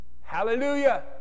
Hallelujah